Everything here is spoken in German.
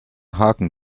haken